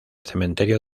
cementerio